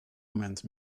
moment